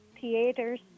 theaters